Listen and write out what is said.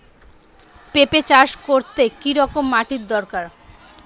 পেঁপে চাষ করতে কি রকম মাটির দরকার?